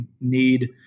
need